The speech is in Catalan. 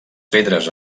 pedres